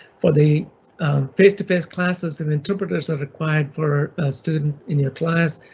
for the face to face classes and interpreters are required for students in your class.